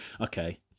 okay